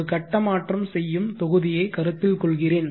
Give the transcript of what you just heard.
ஒரு கட்ட மாற்றம் செய்யும் தொகுதியைக் கருத்தில் கொள்கிறேன்